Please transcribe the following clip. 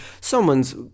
someone's